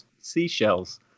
seashells